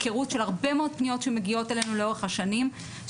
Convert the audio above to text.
מהרבה מאוד פניות שמגיעות אלינו לאורך השנים אני אומרת